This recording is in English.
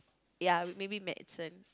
ya maybe medicine